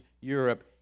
Europe